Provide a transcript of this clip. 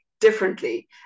differently